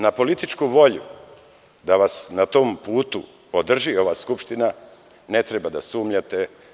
Na političku volju da vas na tom putu podrži ova skupština ne treba da sumnjate.